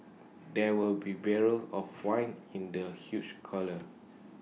there were be barrels of wine in the huge cellar